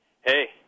Hey